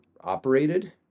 operated